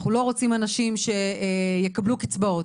אנחנו לא רוצים אנשים שיקבלו קצבאות,